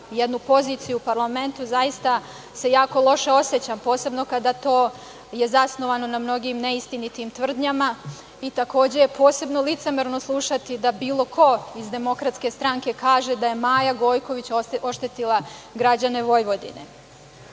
jednu poziciju parlamenta, zaista se jako loše osećam, posebno kada je to zasnovano na mnogim neistinitim tvrdnjama i takođe posebno je licemerno slušati da bilo ko iz Demokratske stranke kaže da je Maja Gojković oštetila građane Vojvodine.U